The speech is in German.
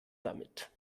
damit